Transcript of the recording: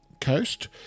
coast